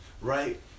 right